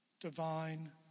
Divine